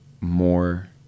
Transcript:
more